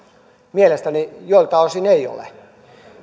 mielestäni joltain osin ei ole